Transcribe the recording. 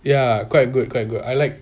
ya quite good quite good I like